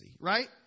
right